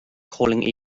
calling